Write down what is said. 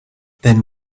then